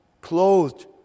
clothed